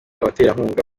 abaterankunga